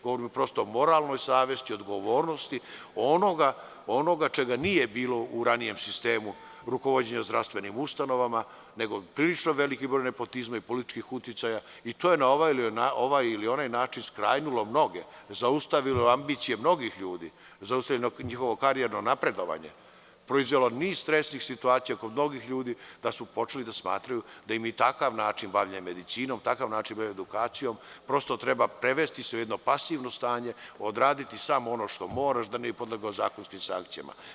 Govorim o moralnoj savesti, odgovornosti onoga čega nije bilo u ranijem sistemu rukovođenja zdravstvenim ustanovama, nego prilično veliki broj nepotizma i političkih uticaja i to je na ovaj ili onaj način zaustavilo ambicije mnogih ljudi, zaustavilo njihovo karijerno napredovanje, proizvelo niz stresnih situacija kod mnogih ljudi da su počeli da smatraju da im je takav način bavljenja medicinom, takav način bavljenja edukacijom, prosto se treba prevesti u jedno pasivno stanje, odraditi samo ono što moraš, da ne bi podlegao zakonskim sankcijama.